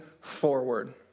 forward